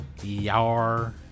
Yar